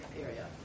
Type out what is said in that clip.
area